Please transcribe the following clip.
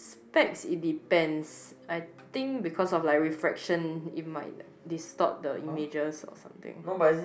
specks it depends I think because of like refraction it might distort the images or something